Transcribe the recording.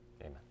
Amen